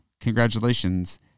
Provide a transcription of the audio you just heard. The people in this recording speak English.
congratulations